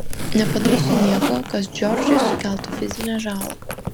nepadarysiu nieko kas džordžui sukeltų fizinę žalą